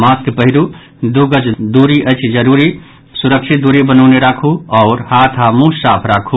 mask पहिरू दू गज दूरी अछि जरूरी सुरक्षित दूरी बनौने राखू हाथ आओर मुंह साफ राखू